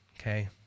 okay